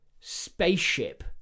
spaceship